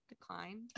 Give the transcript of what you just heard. declined